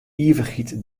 ivichheid